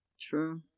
true